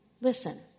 Listen